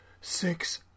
six